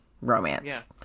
romance